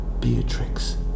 Beatrix